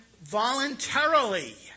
voluntarily